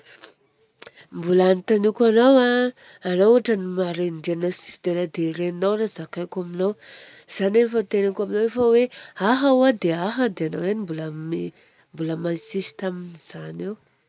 Mbola anontaniako anao a, anao ohatra ny maregnindregnina tsy tena dia regninao i raha zakaiko aminao, izany efa teneniko aminao fa hoe aha ô dia aha dia ihany mbola mi-insiste amizany eo.